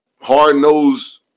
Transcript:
hard-nosed